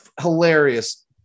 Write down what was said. Hilarious